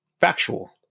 factual